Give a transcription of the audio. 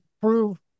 prove